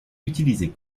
utilisés